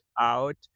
out